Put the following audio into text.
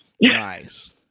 Nice